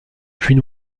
puis